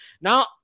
Now